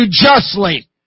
justly